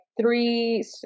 three